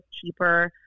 cheaper